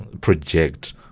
project